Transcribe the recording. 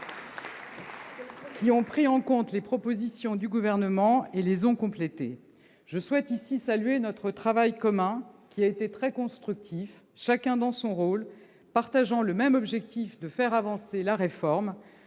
qui ont pris en compte les propositions du Gouvernement et les ont complétées. Je souhaite saluer notre travail commun, qui a été très constructif, chacun dans son rôle, partageant le même objectif de faire avancer la réforme.